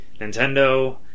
Nintendo